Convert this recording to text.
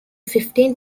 fifteen